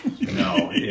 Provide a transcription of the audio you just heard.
no